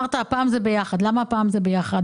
למה הפעם זה ביחד?